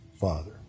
Father